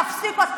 תפסיקו.